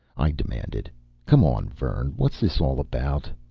i demanded come on, vern. what's this all about?